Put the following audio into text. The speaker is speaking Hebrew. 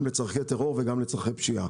גם לצרכי טרור וגם לצרכי פשיעה.